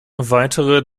weitere